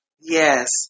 Yes